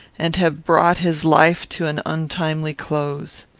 and have brought his life to an untimely close.